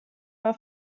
war